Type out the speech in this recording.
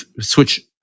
switch